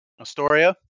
Astoria